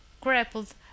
grappled